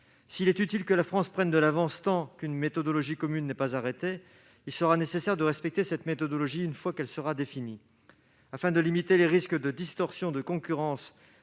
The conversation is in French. S'il est utile que la France prenne de l'avance tant qu'une méthodologie commune n'est pas arrêtée, il sera nécessaire de respecter celle-ci une fois qu'elle sera définie. Ainsi, afin de limiter les risques de distorsion de concurrence